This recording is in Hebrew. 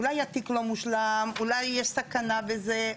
אולי התיק לא מושלם, אולי יש סכנה בזה.